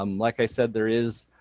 um like i said there is